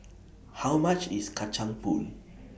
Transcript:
How much IS Kacang Pool